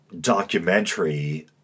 documentary